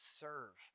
serve